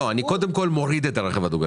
אני קודם כל מוריד את הרכב הדו גלגלי.